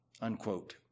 unquote